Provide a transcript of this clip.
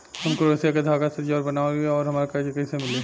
हम क्रोशिया के धागा से जेवर बनावेनी और हमरा कर्जा कइसे मिली?